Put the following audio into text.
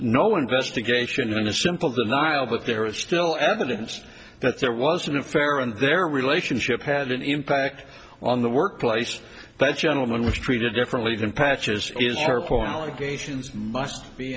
no investigation and a simple denial but there is still evidence that there was an affair and their relationship had an impact on the workplace but gentleman was treated differently than patches is